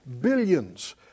Billions